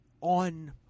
on